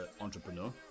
entrepreneur